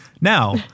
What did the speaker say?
Now